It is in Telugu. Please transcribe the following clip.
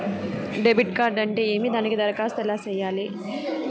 డెబిట్ కార్డు అంటే ఏమి దానికి దరఖాస్తు ఎలా సేయాలి